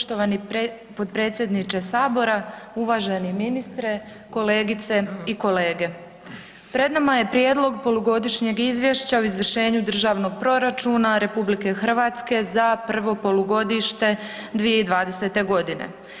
Poštovani potpredsjedniče sabora, uvaženi ministre, kolegice i kolege, pred nama je Prijedlog polugodišnjeg izvješća o izvršenju Državnog proračuna RH za prvo polugodište 2020. godine.